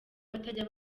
batajya